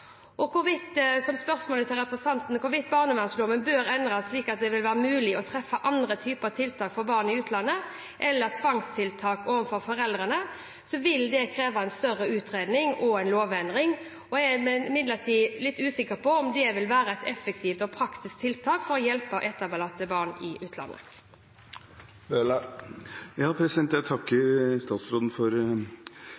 spørsmålet til representanten: Når det gjelder hvorvidt barnevernsloven bør endres slik at det vil være mulig å treffe andre typer tiltak for barn i utlandet, eller tvangstiltak overfor foreldre, vil det kreve en større utredning og en lovendring. Jeg er imidlertid litt usikker på om det vil være et effektivt og praktisk tiltak for å hjelpe etterlatte barn i utlandet. Jeg takker